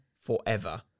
forever